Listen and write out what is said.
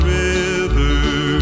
river